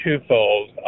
twofold